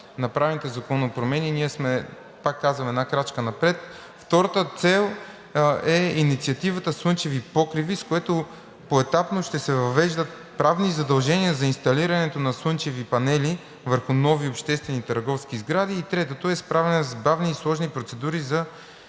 направените законови промени ние сме, пак казвам, една крачка напред. Втората цел е инициативата „Слънчеви покриви“, с което поетапно ще се провеждат правни задължения за инсталирането на слънчеви панели върху нови обществени и търговски сгради. Третото е справяне на забавени и сложни процедури за